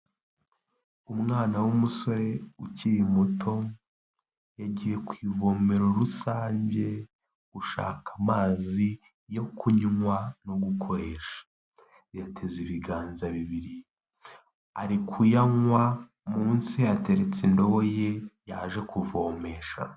Umwana w'umusore, ukiri muto yagiye ku ivomero rusange, gushaka amazi yo kunywa no gukoresha, yateze ibiganza bibiri, ari kuyanywa, munsi ateretse indobo ye yaje kuvomesha.